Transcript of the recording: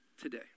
today